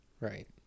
right